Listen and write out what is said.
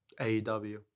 AEW